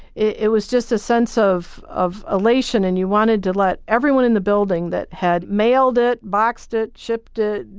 it it was just a sense of of elation and you wanted to let everyone know in the building that had mailed it, boxed it, shipped it.